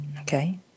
Okay